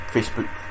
Facebook